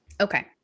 Okay